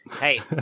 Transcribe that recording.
Hey